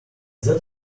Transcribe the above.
that